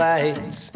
Lights